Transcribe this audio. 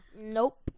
Nope